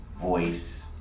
voice